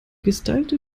gestylte